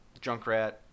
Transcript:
Junkrat